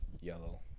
yellow